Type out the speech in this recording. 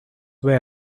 way